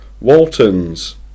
Walton's